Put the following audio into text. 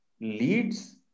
leads